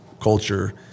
culture